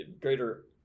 greater